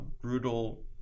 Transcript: brutal